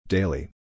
Daily